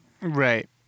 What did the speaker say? Right